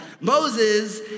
Moses